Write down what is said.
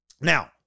Now